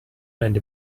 and